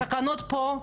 התקנות פה,